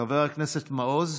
חבר הכנסת מעוז,